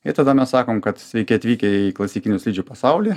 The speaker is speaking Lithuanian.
ir tada mes sakom kad sveiki atvykę į klasikinių slidžių pasaulį